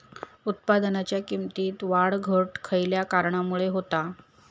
उत्पादनाच्या किमतीत वाढ घट खयल्या कारणामुळे होता?